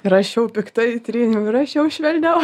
rašiau piktai tryniau ir rašiau švelniau